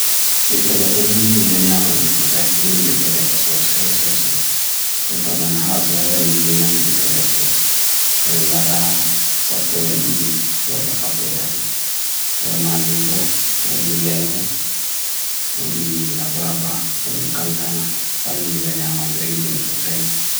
di belak nenee mido nya man dim sosai, midi mido nya mido nya sosai, sosai dan tabana halasawere nene mido nya mido nya mido nya mido nya arelata sapo'e didi, hewa sapo'e dati nermajumbo wo di lemu, wo di abarba, wo di kankana pannee mido nya man mido, idi dim sosai